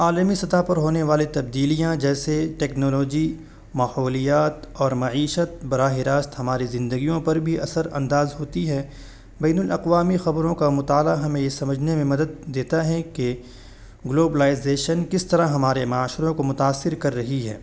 عالمی سطح پر ہونے والے تبدیلیاں جیسے ٹیکنالوجی ماحولیات اور معیشت براہ راست ہماری زندگیوں پر بھی اثر انداز ہوتی ہے بین الاقوامی خبروں کا مطالعہ ہمیں یہ سمجھنے میں مدد دیتا ہے کہ گلوبلائیزیشن کس طرح سے ہمارے معاشروں کو متاثر کر رہی ہے